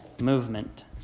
movement